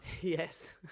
Yes